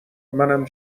منم